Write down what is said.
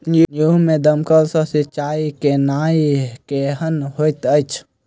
गेंहूँ मे दमकल सँ सिंचाई केनाइ केहन होइत अछि?